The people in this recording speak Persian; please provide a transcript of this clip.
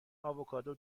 آووکادو